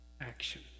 action